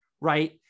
right